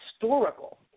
historical